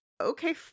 Okay